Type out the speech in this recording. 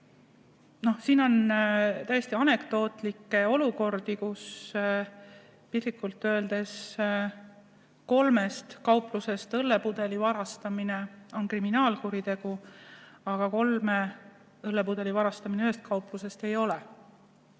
olnud täiesti anekdootlikke olukordi, kus piltlikult öeldes kolmest kauplusest õllepudeli varastamine on kriminaalkuritegu, aga kolme õllepudeli varastamine ühest kauplusest ei ole.